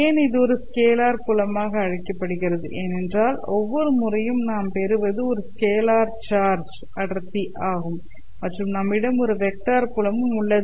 ஏன் இது ஒரு ஸ்கேலார் புலமாக அழைக்கப்படுகிறது ஏனென்றால் ஒவ்வொரு முறையும் நாம் பெறுவது ஒரு ஸ்கேலார் சார்ஜ் அடர்த்தி ஆகும் மற்றும் நம்மிடம் ஒரு வெக்டர் புலமும் உள்ளது